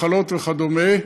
מחלות וכדומה,